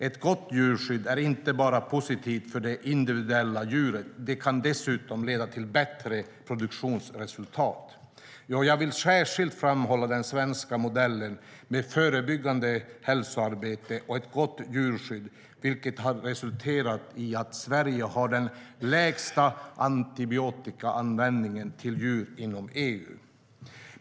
Ett gott djurskydd är positivt inte bara för det individuella djuret, det kan dessutom leda till bättre produktionsresultat. Jag vill särskilt framhålla den svenska modellen med förebyggande hälsoarbete och ett gott djurskydd, vilket har resulterat i att Sverige har den lägsta antibiotikaanvändningen till djur inom EU.